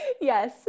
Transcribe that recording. Yes